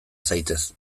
zaitez